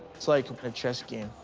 it's like a chess game.